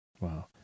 wow